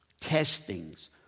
testings